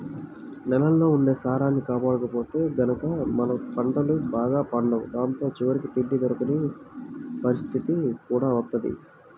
నేలల్లో ఉండే సారాన్ని కాపాడకపోతే గనక పంటలు బాగా పండవు దాంతో చివరికి తిండి దొరకని పరిత్తితి కూడా వత్తది